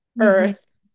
Earth